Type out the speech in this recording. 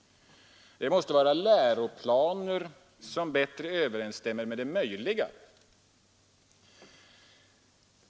Det måste vara läroplaner som bättre överensstämmer med det möjliga.